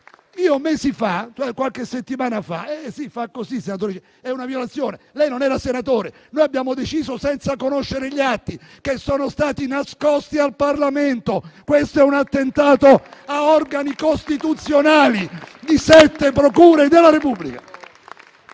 sì, lei fa questi gesti, senatore Nicita, ma è una violazione; lei non era senatore. Noi abbiamo deciso senza conoscere gli atti che sono stati nascosti al Parlamento, questo è un attentato a organi costituzionali da parte di sette procure della Repubblica.